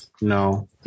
no